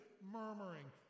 murmuring